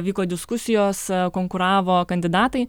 vyko diskusijos konkuravo kandidatai